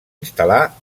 instal·là